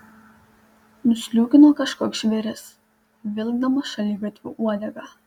nusliūkino kažkoks žvėris vilkdamas šaligatviu uodegą